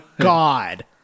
God